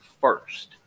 first